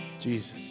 Jesus